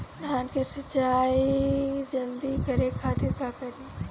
धान के सिंचाई जल्दी करे खातिर का करी?